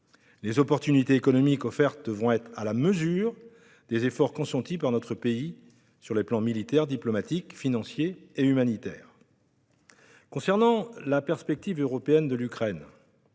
Les possibilités économiques offertes devront être à la mesure des efforts consentis par notre pays dans les domaines militaire, diplomatique, financier et humanitaire. En ce qui concerne la perspective européenne de l'Ukraine,